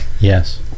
yes